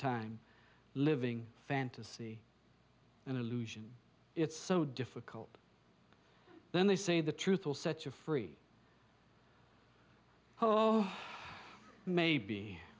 time living fantasy and illusion it's so difficult then they say the truth will set you free oh maybe